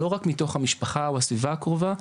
לא רק מתוך המשפחה או הסביבה הקרובה,